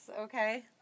okay